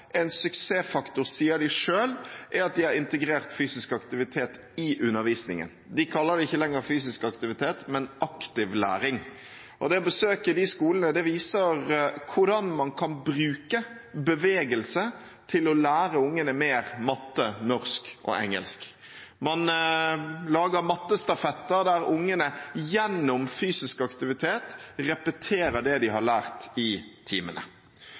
En suksessfaktor – sier de selv – er at de har integrert fysisk aktivitet i undervisningen. De kaller det ikke lenger fysisk aktivitet, men aktiv læring. Det besøket ved de skolene viste hvordan man kan bruke bevegelse til å lære ungene mer matte, norsk og engelsk. Man lager mattestafetter der ungene gjennom fysisk aktivitet repeterer det de har lært i timene.